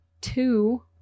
two